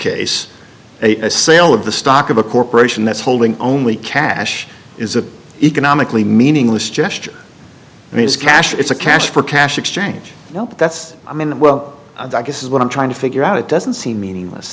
case a sale of the stock of a corporation that's holding only cash is an economically meaningless gesture and it's cash it's a cash for cash exchange that's a minute well i guess is what i'm trying to figure out it doesn't seem meaningless